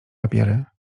papiery